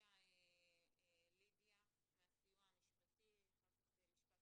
עם שאלות